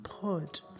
pod